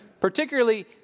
Particularly